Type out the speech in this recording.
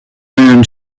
man